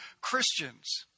Christians